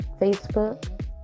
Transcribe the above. facebook